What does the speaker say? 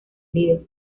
líder